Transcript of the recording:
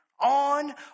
on